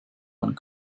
einen